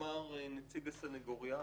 שאמר נציג הסנגוריה,